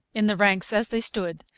in the ranks as they stood,